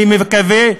אני מקווה,